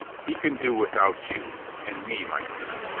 he can do without you. and me, my dear.